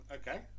Okay